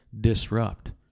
disrupt